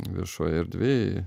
viešoj erdvėj